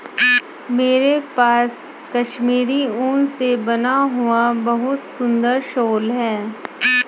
मेरे पास कश्मीरी ऊन से बना हुआ बहुत सुंदर शॉल है